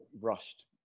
rushed